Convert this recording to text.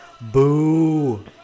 Boo